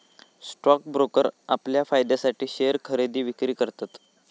stock broker आपल्या फायद्यासाठी share खरेदी विक्री करतत